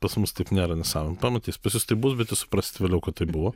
pas mus taip nėra nesąmonė pamatys pas jus taip bus bet jus suprasit vėliau kad taip buvo